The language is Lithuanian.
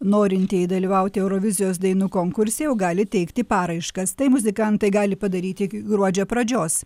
norintieji dalyvauti eurovizijos dainų konkurse jau gali teikti paraiškas tai muzikantai gali padaryti iki gruodžio pradžios